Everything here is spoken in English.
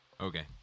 okay